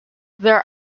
there